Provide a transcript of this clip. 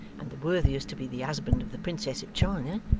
and the worthiest to be the husband of the princess of china,